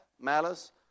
malice